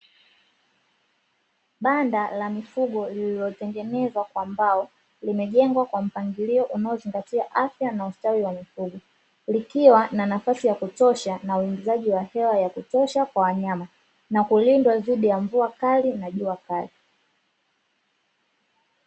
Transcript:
Banda la mifugo lililotengenezwa kwa mbao limejengwa kwa mpangilio unaozingatia afya na ustawi wa mifugo, likiwa na nafasi ya kutosha na uingizaji wa hewa ya kutosha kwa wanyama na kulindwa dhidi ya mvua kali na jua kali.